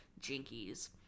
Jinkies